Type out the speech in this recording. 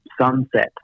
Sunset